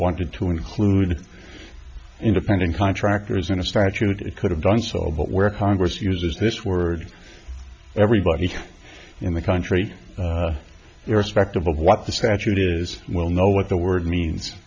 wanted to include independent contractors in a statute could have done so but where congress uses this word everybody in the country irrespective of what the statute is will know what the word means